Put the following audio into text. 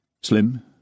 Slim